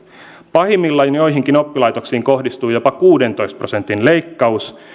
pahimmillaan joihinkin oppilaitoksiin kohdistuu jopa kuudentoista prosentin leikkaus